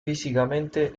físicamente